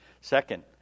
Second